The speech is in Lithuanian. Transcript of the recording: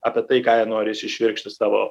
apie tai ką jie nori įsišvirkšt į savo